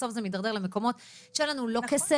בסוף זה מתדרדר למקומות שאין לנו לא כסף,